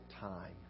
time